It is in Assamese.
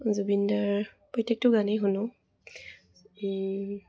জুবিনদাৰ প্ৰত্যেকটো গানেই শুনো